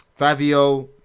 Favio